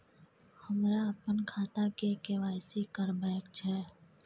हमरा अपन खाता के के.वाई.सी करबैक छै